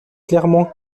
clairement